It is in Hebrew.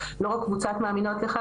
לא רק קבוצת "מאמינות לך",